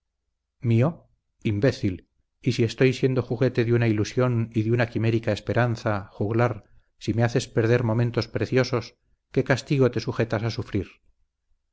mío imbécil y si estoy siendo juguete de una ilusión y de una quimérica esperanza juglar si me haces perder momentos preciosos qué castigo te sujetas a sufrir